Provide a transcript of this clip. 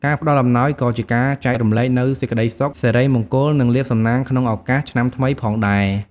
ការផ្តល់អំណោយក៏ជាការចែករំលែកនូវសេចក្តីសុខ សិរីមង្គល និងលាភសំណាងក្នុងឱកាសឆ្នាំថ្មីផងដែរ។